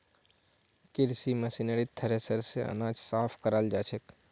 कृषि मशीनरीत थ्रेसर स अनाज साफ कराल जाछेक